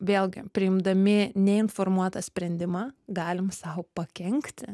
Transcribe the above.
vėlgi priimdami neinformuotą sprendimą galim sau pakenkti